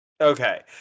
Okay